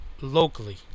locally